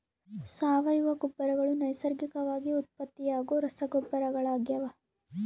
ಸಾವಯವ ಗೊಬ್ಬರಗಳು ನೈಸರ್ಗಿಕವಾಗಿ ಉತ್ಪತ್ತಿಯಾಗೋ ರಸಗೊಬ್ಬರಗಳಾಗ್ಯವ